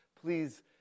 please